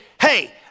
hey